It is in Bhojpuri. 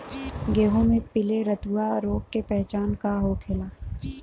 गेहूँ में पिले रतुआ रोग के पहचान का होखेला?